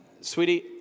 Sweetie